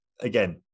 again